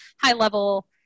high-level